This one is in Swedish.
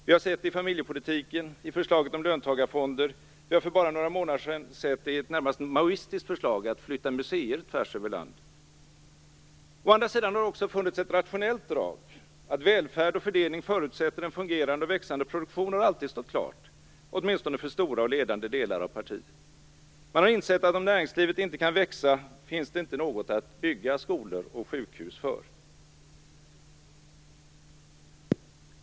Vi har sett det i familjepolitiken, i förslaget om löntagarfonder och för bara några månader sedan har vi sett det i ett närmast maoistiskt förslag att flytta museer tvärs över landet. Å andra sidan har det också funnits ett rationellt drag. Att välfärd och fördelning förutsätter en fungerande och växande produktion har alltid stått klart, åtminstone för stora och ledande delar av partiet. Man har insett att om näringslivet inte kan växa finns det inte något att bygga skolor och sjukhus för.